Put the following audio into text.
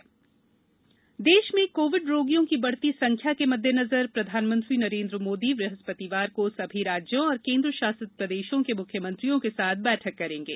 प्रधानमंत्री बैठक देश में कोविड रोगियों की बढ़ती संख्या के मद्देनजर प्रधानमंत्री नरेंद्र मोदी बृहस्पतिवार को सभी राज्यों और केंद्रशासित प्रदेशों के मुख्यमंत्रियों के साथ बैठक करेंगे